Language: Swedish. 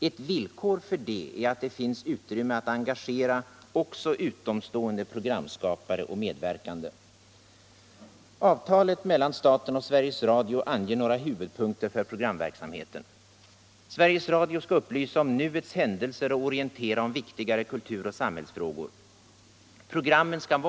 Ett villkor för det är att det finns utrymme att engagera utomstående programskapare och medverkande. Avtalet mellan staten och Sveriges Radio anger några huvudpunkter för programverksamheten: Sveriges Radio skall upplysa om nuets händelser och orientera om viktigare kultur och samhällsfrågor.